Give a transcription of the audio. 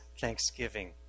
thanksgiving